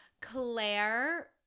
Claire